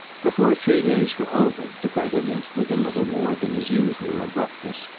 before three days were over, the president, with a little more than his usual abruptness,